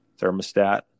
thermostat